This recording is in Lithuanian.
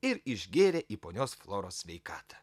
ir išgėrė į ponios floros sveikatą